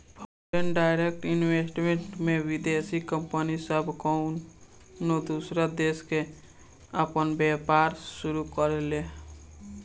foreign direct investment में विदेशी company सब कउनो दूसर देश में आपन व्यापार शुरू करेले